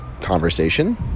conversation